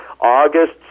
August